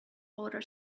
outer